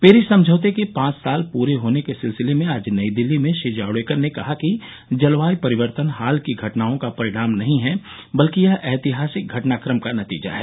Paris समझौते के पांच साल पूरे होने के सिलसिले में आज नई दिल्ली में श्री जावड़ेकर ने कहा कि जलवाय परिवर्तन हाल की घटनाओं का परिणाम नहीं है बल्कि यह ऐतिहासिक घटनाक्रम का नतीजा है